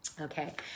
okay